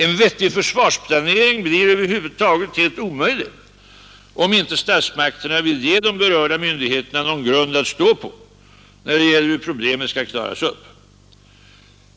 En vettig försvarsplanering blir helt och hållet omöjlig, om inte statsmakterna vill ge de berörda myndigheterna någon grund att stå på när det gäller hur problemet skall klaras upp.